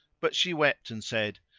but she wept and said,